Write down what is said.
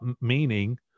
meaning